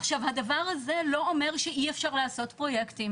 עכשיו, הדבר הזה לא אומר שאי אפשר לעשות פרויקטים.